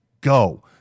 go